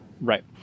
Right